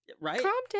Right